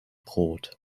brot